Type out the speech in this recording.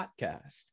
Podcast